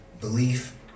belief